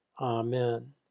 Amen